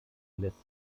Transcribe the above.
lässt